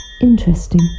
Interesting